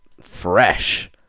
fresh